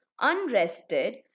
unrested